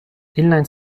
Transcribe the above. inline